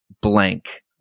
Blank